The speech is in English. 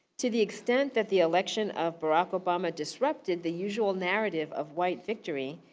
to the extent that the election of barrack obama disrupted the usual narrative of white victory,